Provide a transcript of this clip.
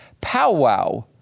Powwow